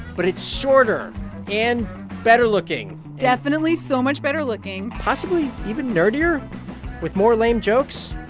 but it's shorter and better looking definitely so much better looking possibly even nerdier with more lame jokes.